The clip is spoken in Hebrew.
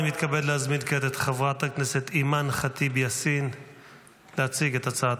אני מתכבד להזמין כעת את חברת הכנסת אימאן ח'טיב יאסין להציג את הצעת